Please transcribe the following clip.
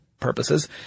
purposes